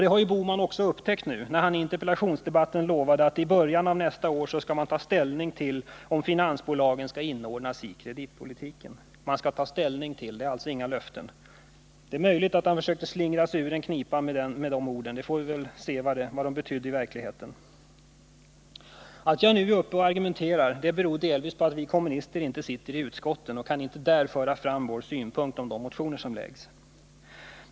Det har också Gösta Bohman upptäckt, och han lovade i interpellationsdebatten att i början av nästa år skall man ta ställning till om finansbolagen skall inordnas i kreditpolitiken. Man skall ta ställning till detta — det är alltså inga löften. Det är möjligt att Gösta Bohman försökte slingra sig ur en knipa med de orden. Vi får väl se vad de betydde i verkligheten. Att jag nu är uppe och argumenterar beror delvis på att vi kommunister inte sitter i utskotten och alltså inte där kan föra fram våra synpunkter på de motioner som väcks.